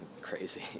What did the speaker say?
crazy